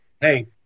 Hey